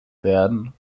werden